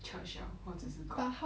church liao 或者是 god